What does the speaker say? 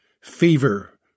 Fever